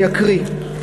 אני אקריא,